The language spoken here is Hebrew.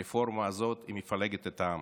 הרפורמה הזאת מפלגת את העם.